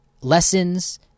lessons